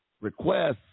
requests